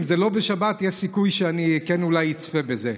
אם זה לא בשבת יש סיכוי שאני כן אצפה בזה,